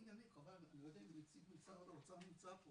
חבל אני לא יודע אם נציג משרד האוצר נמצא פה